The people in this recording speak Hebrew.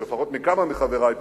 לפחות מכמה מחברי פה.